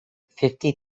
fifty